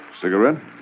Cigarette